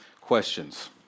questions